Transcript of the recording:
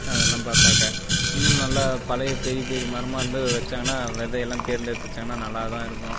அதெல்லாம் பார்த்தாக்கா இன்னும் நல்லா பழைய பெரிய பெரிய மரமாக இருந்து வச்சாங்கன்னா விதையெல்லாம் தேர்ந்தெடுத்து வச்சாங்கன்னா நல்லா தான் இருக்கும்